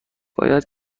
باید